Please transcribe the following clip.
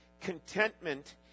contentment